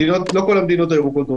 לא כל המדינות הירוקות.